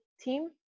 team